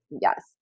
Yes